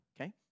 okay